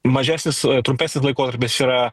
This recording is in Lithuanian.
mažesnis trumpesnis laikotarpis yra